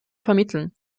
vermitteln